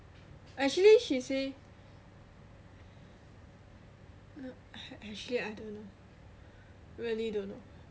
actually she say !huh! actually I don't know really don't know